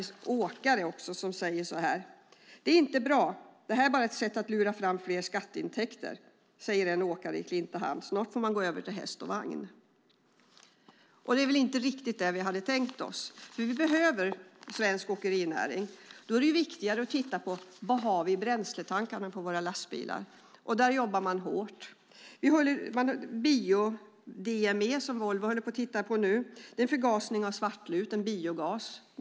En åkare i Klintehamn säger: Det är inte bra. Det här är bara ett sätt att lura fram fler skatteintäkter. Snart får man gå över till häst och vagn. Det är väl inte riktigt vad vi hade tänkt oss. Vi behöver svensk åkerinäring. Då är det viktigare att titta på vad som finns i våra lastbilars bränsletankar. I det sammanhanget jobbas det hårt. Volvo tittar nu på bio-DME - förgasning av svartlut, en biogas.